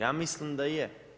Ja mislim da je.